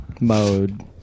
mode